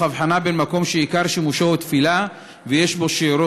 או הבחנה בין מקום שעיקר שימושו הוא תפילה ויש בו שיעורי